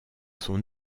son